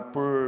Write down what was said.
Por